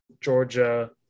Georgia